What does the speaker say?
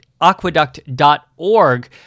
aqueduct.org